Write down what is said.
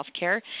healthcare